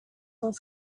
was